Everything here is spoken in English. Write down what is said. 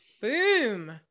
Boom